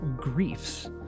griefs